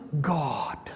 God